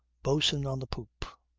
boatswain on the poop.